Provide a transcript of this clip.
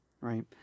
right